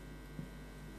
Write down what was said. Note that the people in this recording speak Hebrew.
הצבעה.